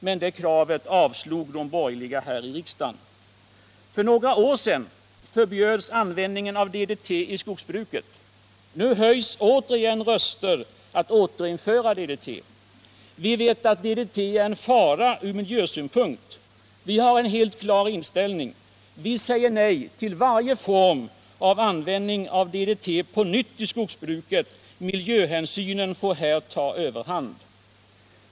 Men det kravet avslog de borgerliga här i riksdagen. För några år sedan förbjöds användningen av DDT i skogsbruket. Röster höjs nu för att återinföra DDT. Vi vet att DDT är en fara ur miljösynpunkt. Från socialdemokratins sida är inställningen helt klar. Vi säger nej till varje form av användning av DDT på nytt i skogsbruket. Miljöhänsynen får här ta överhand.